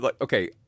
okay